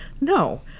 No